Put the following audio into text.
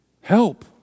help